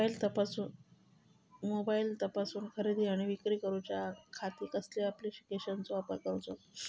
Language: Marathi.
मोबाईलातसून खरेदी आणि विक्री करूच्या खाती कसल्या ॲप्लिकेशनाचो वापर करूचो?